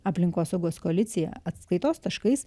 aplinkosaugos koalicija atskaitos taškais